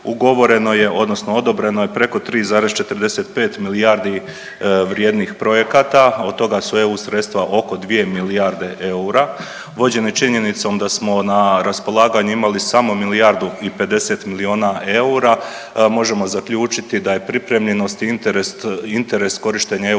ugovoreno je, odnosno odobreno je preko 3,45 milijardi vrijednih projekata. Od toga su EU sredstva oko 2 milijarde eura vođene činjenicom da smo na raspolaganju imali samo milijardu i 50 milijuna eura možemo zaključiti da je pripremljenost i interes korištenja EU